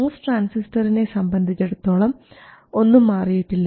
MOS ട്രാൻസിസ്റ്ററിനെ സംബന്ധിച്ചടത്തോളം ഒന്നും മാറിയിട്ടില്ല